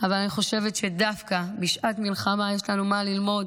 אבל אני חושבת שדווקא בשעת מלחמה, יש לנו מה ללמוד